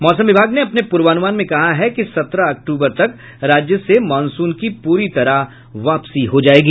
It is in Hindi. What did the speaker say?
मौसम विभाग ने अपने पूर्वानुमान में कहा है कि सत्रह अक्तूबर तक राज्य से मॉनसून की पूरी तरह वापसी हो जायेगी